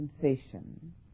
sensation